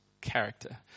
character